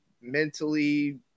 Mentally